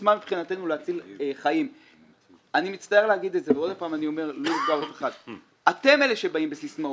אני מצטער להגיד את זה אתם אלו שבאים בסיסמאות.